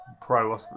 pro